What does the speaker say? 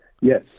Yes